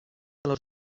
les